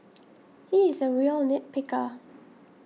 he is a real nit picker